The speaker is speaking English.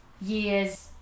years